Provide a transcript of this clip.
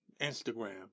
Instagram